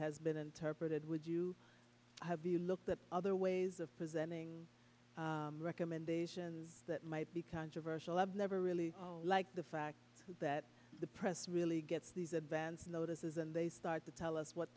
has been interpreted would you have you looked at other ways of presenting recommendations that might be controversial i've never really liked the fact that the press really gets these advance notices and they start to tell us what